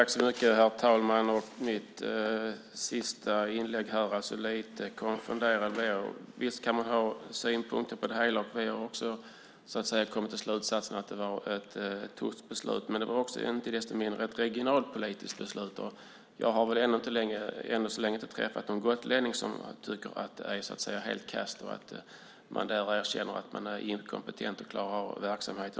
Herr talman! Jag blir lite konfunderad. Visst kan man ha synpunkter på det hela. Vi har också kommit till slutsatsen att det var ett tufft beslut. Men det var inte desto mindre ett regionalpolitiskt beslut. Och jag har ännu inte träffat någon gotlänning som tycker att det är helt kass och erkänner att man är inkompetent när det gäller att klara av verksamheten.